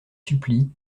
supplient